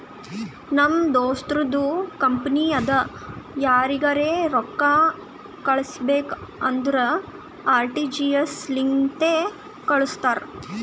ನಮ್ ದೋಸ್ತುಂದು ಕಂಪನಿ ಅದಾ ಯಾರಿಗರೆ ರೊಕ್ಕಾ ಕಳುಸ್ಬೇಕ್ ಅಂದುರ್ ಆರ.ಟಿ.ಜಿ.ಎಸ್ ಲಿಂತೆ ಕಾಳುಸ್ತಾನ್